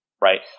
right